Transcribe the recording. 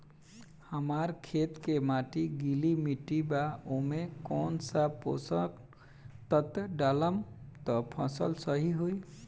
हमार खेत के माटी गीली मिट्टी बा ओमे कौन सा पोशक तत्व डालम त फसल सही होई?